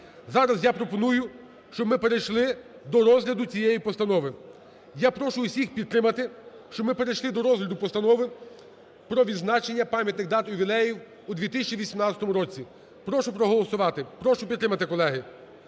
Зараз я пропоную, щоб ми перейшли до розгляду цієї постанови. Я прошу всіх підтримати, щоб ми перейшли до розгляду постанови про відзначення пам'ятних дат і ювілеїв у 2018 році. Прошу проголосувати, прошу підтримати, колеги.